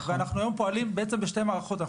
והיום אנחנו פועלים בשתי מערכות.